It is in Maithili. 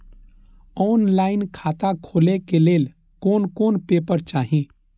ऑनलाइन खाता खोले के लेल कोन कोन पेपर चाही?